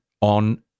on